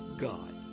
God